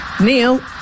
Neil